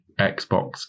xbox